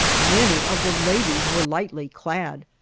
many of the ladies were lightly clad,